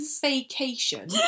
vacation